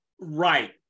Right